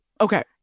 Okay